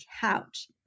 couch